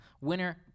Winner